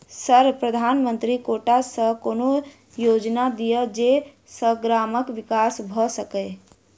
Sir प्रधानमंत्री quota सऽ कोनो योजना दिय जै सऽ ग्रामक विकास भऽ सकै?